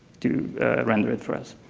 do render it for us.